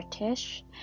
british